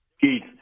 Keith